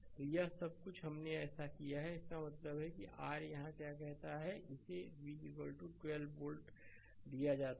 तो यह सब कुछ हमने ऐसा किया है इसका मतलब है कि r यहाँ क्या कहता है इसे v 12 वोल्ट दिया जाता है